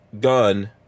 gun